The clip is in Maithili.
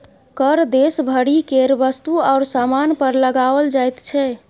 कर देश भरि केर वस्तु आओर सामान पर लगाओल जाइत छै